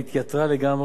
מכיוון שאתמול